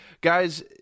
guys